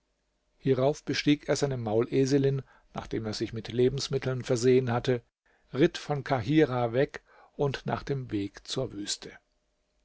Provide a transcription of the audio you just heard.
hierauf bestieg er seine mauleselin nachdem er sich mit lebensmitteln versehen hatte ritt von kahirah weg und nach dem weg zur wüste